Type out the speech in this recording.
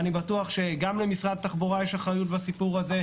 אני בטוח שגם למשרד התחבורה וגם למשרד האוצר,